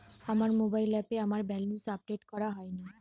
আমার মোবাইল অ্যাপে আমার ব্যালেন্স আপডেট করা হয়নি